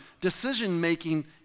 decision-making